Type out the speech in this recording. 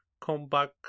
comeback